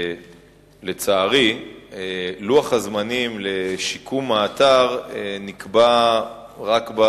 לצערי לוח הזמנים לשיקום האתר נקבע רק,